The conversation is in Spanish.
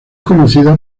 conocida